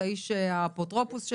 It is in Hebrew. את האפוטרופוס שלו,